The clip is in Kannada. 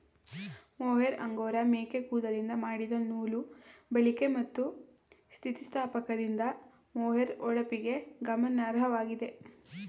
ಮೊಹೇರ್ ಅಂಗೋರಾ ಮೇಕೆ ಕೂದಲಿಂದ ಮಾಡಿದ ನೂಲು ಬಾಳಿಕೆ ಮತ್ತು ಸ್ಥಿತಿಸ್ಥಾಪಕದಿಂದ ಮೊಹೇರ್ ಹೊಳಪಿಗೆ ಗಮನಾರ್ಹವಾಗಿದೆ